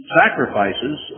sacrifices